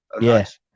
yes